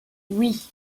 oui